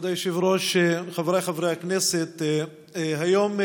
כבוד היושב-ראש, חבריי חברי הכנסת, היום,